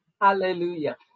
Hallelujah